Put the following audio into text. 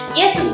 yes